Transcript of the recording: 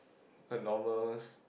the normal s~